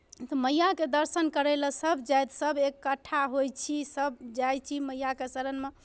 मैयाके दर्शन करय लेल सभ जाति सभ एकट्ठा होइ छी सभ जाइ छी मैयाके शरणमे